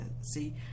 see